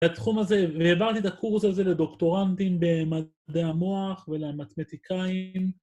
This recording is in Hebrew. לתחום הזה, והעברתי את הקורס הזה לדוקטורנטים במדעי המוח ולמתמטיקאים